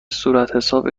صورتحساب